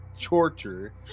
torture